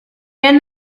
end